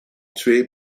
tué